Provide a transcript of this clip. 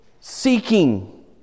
seeking